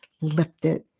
lifted